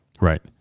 Right